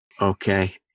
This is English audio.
Okay